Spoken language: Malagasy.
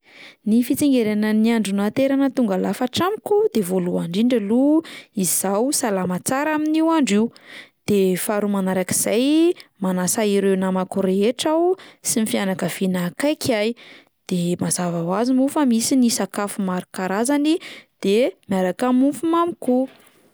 Ny fitsengaranan'ny andro nahaterahana tonga lafatra amiko de voalohany indrindra aloha izaho salama tsara amin'io andro io, de faharoa manarak'izay manasa ireo namako rehetra aho sy ny fianakaviana akaiky ahy, de mazaha ho azy moa fa misy ny sakafo maro karazany, de miaraka amin'ny mofomamy koa.